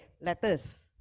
letters